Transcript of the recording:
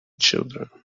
children